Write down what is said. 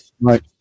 Right